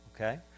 okay